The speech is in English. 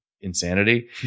insanity